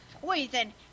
poison